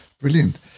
Brilliant